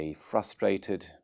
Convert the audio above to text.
frustrated